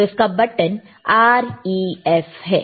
तो इसका button REF है